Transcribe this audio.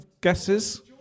guesses